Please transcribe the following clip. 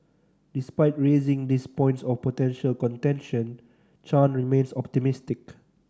despite raising these points of potential contention Chan remains optimistic